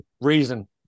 reason